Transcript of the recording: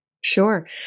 Sure